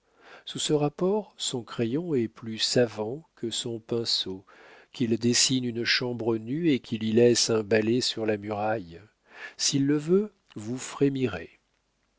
sous ce rapport son crayon est plus savant que son pinceau qu'il dessine une chambre nue et qu'il y laisse un balai sur la muraille s'il le veut vous